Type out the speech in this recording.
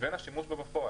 לבין השימוש בפועל,